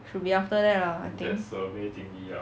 should be after that lah I think